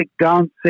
dancing